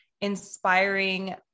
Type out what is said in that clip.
inspiring